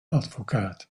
advocaat